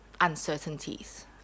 uncertainties